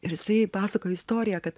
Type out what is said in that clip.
ir jisai pasakoja istoriją kad